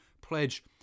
Pledge